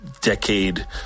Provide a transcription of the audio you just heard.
decade